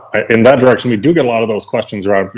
in that direction, we do get a lot of those questions around,